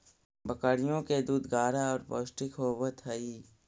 बकरियों के दूध गाढ़ा और पौष्टिक होवत हई